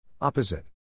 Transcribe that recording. Opposite